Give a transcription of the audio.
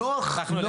נוח לי,